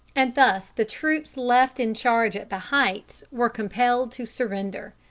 and thus the troops left in charge at the heights were compelled to surrender.